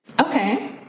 Okay